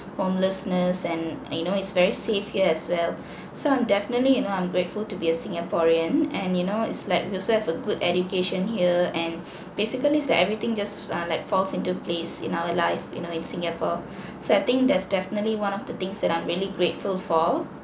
homelessness and and you know it's very safe here as well so I'm definitely you know I'm grateful to be a singaporean and you know it's like we also have a good education here and basically is that everything just uh like falls into place in our life you know in singapore so I think there's definitely one of the things that I'm really grateful for